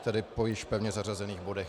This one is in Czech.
Tedy po již pevně zařazených bodech.